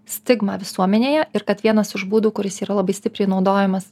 stigmą visuomenėje ir kad vienas iš būdų kuris yra labai stipriai naudojamas